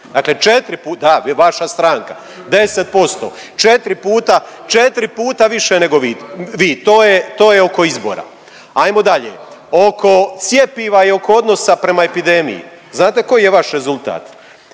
se ne razumije./…. Da, vaša stranka, 10%, 4 puta, 4 puta više nego vi, vi, to je, to je oko izbora. Ajmo dalje, oko cjepiva i oko odnosa prema epidemiji, znate koji je vaš rezultat?